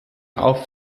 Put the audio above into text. auf